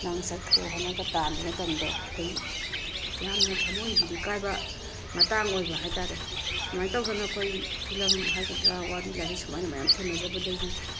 ꯅꯪ ꯆꯠꯈ꯭ꯔꯣ ꯍꯥꯏꯅꯒ ꯇꯥꯟꯕ ꯃꯇꯝꯗꯣ ꯑꯩꯈꯣꯏꯒꯤ ꯌꯥꯝꯅ ꯊꯝꯃꯣꯏꯕꯨꯗꯤ ꯀꯥꯏꯕ ꯃꯇꯥꯡ ꯑꯣꯏꯕ ꯍꯥꯏꯇꯥꯔꯦ ꯁꯨꯃꯥꯏꯅ ꯇꯧꯗꯅ ꯑꯩꯈꯣꯏ ꯐꯤꯂꯝ ꯍꯥꯏꯒꯗ꯭ꯔꯥ ꯋꯥꯔꯤ ꯂꯥꯏꯔꯤꯛ ꯁꯨꯃꯥꯏꯅ ꯃꯌꯥꯝ ꯊꯦꯡꯅꯖꯕꯗꯒꯤ